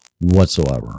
whatsoever